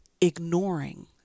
ignoring